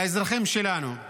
לאזרחים שלנו.